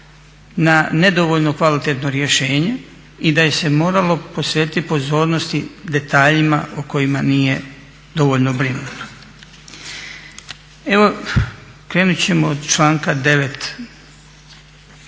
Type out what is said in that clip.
na nedovoljno kvalitetno rješenje i da se moralo posvetiti pozornosti detaljima o kojima nije dovoljno brinuto. Evo krenut ćemo od članka 9.